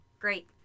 Great